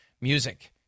music